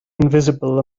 invisible